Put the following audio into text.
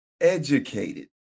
educated